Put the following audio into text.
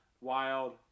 Wild